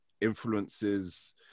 influences